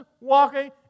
walking